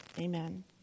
amen